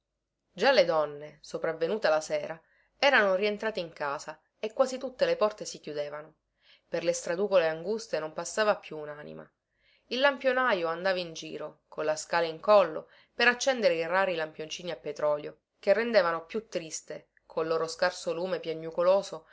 già le donne sopravvenuta la sera erano rientrate in casa e quasi tutte le porte si chiudevano per le straducole anguste non passava più unanima il lampionajo andava in giro con la scala in collo per accendere i rari lampioncini a petrolio che rendevano più triste col loro scarso lume piagnucoloso